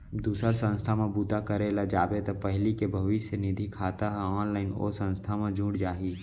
दूसर संस्था म बूता करे ल जाबे त पहिली के भविस्य निधि खाता ह ऑनलाइन ओ संस्था म जुड़ जाही